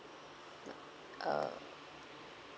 uh